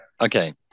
Okay